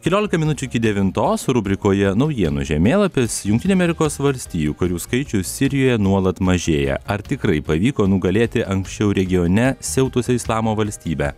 keliolika minučių iki devintos rubrikoje naujienų žemėlapis jungtinių amerikos valstijų karių skaičius sirijoje nuolat mažėja ar tikrai pavyko nugalėti anksčiau regione siautusią islamo valstybę